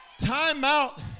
Timeout